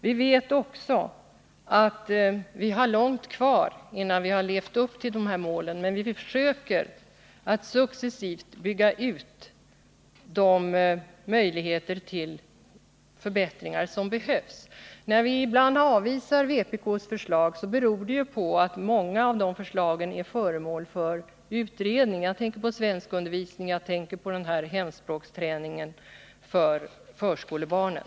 Vi vet också att det är långt kvar till dess att vi har levt upp till de här målen, men vi försöker att successivt bygga ut de förbättringar som behövs. När vi ibland avvisar vpk:s förslag beror det ofta på att många av de förslagen är föremål för utredning. Jag tänker på svenskundervisningen och på hemspråksträningen för förskolebarnen.